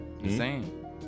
Insane